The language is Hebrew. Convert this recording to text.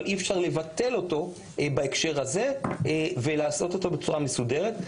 אבל אי-אפשר לבטל אותו בהקשר הזה ולעשות אותו בצורה מסודרת.